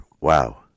Wow